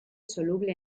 soluble